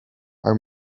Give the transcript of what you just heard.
our